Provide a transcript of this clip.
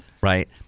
right